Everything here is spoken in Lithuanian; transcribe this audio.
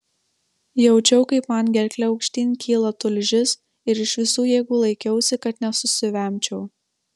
jaučiau kaip man gerkle aukštyn kyla tulžis ir iš visų jėgų laikiausi kad nesusivemčiau